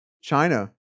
China